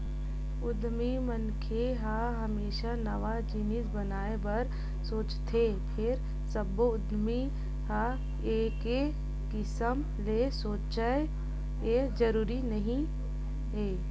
उद्यमी मनखे ह हमेसा नवा जिनिस बनाए बर सोचथे फेर सब्बो उद्यमी ह एके किसम ले सोचय ए जरूरी नइ हे